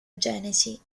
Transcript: genesi